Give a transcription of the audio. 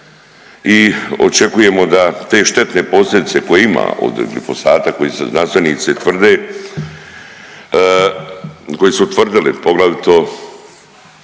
i očekujemo da te štetne posljedice koje ima od glifosata koje su znanstvenici tvrde, koji su utvrdili, poglavito,